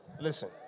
listen